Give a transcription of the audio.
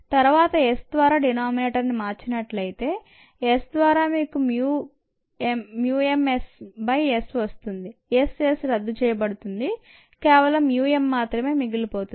మనం S ద్వారా denominator ని మార్చినట్లయితే S ద్వారా మీకు mu m s by S వస్తుంది S S రద్దు చేయబడుతుంది ఇక కేవలం MU m మాత్రమే మిగిలి పోతుంది